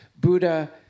Buddha